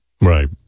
Right